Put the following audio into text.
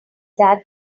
that